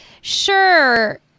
sure